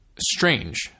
strange